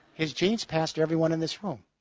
his genes passed to everyone in this room.